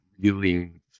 feeling